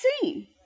seen